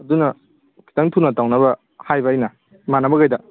ꯑꯗꯨꯅ ꯈꯤꯇꯪ ꯊꯨꯅ ꯇꯧꯅꯕ ꯍꯥꯏꯕ ꯑꯩꯅ ꯏꯃꯥꯟꯅꯕꯉꯩꯗ